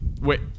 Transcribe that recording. wait